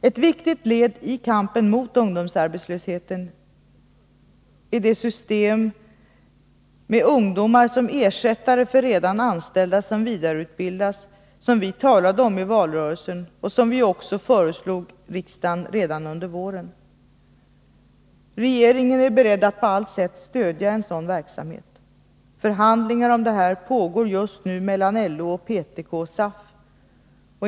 Ett viktigt led i kampen mot ungdomsarbetslösheten är det system med ungdomar som ersättare för redan anställda som vidareutbildas. Detta system talade vi om i valrörelsen och föreslog också riksdagen redan under våren. Regeringen är beredd att på allt sätt stödja en sådan verksamhet. Förhandlingar om detta pågår just nu mellan LO, PTK och SAF.